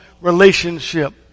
relationship